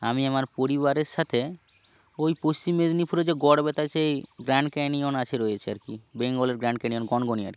আমি আমার পরিবারের সাথে ওই পশ্চিম মেদিনীপুরে যে গড়বেতা আছে এই গ্র্যান্ড ক্যানিয়ন আছে রয়েছে আর কি বেঙ্গলের গ্রান্ড ক্যানিয়ন গণগণি আর কি